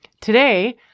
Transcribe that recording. Today